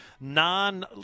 non-